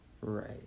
Right